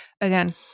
again